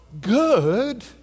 good